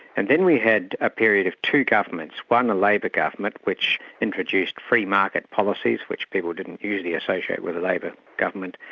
and then we had a period of two governments, one a labour government which introduced free market policies, which people didn't really associate with a labour government,